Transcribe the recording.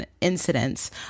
incidents